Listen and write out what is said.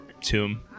tomb